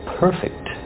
perfect